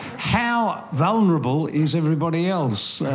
how vulnerable is everybody else?